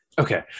Okay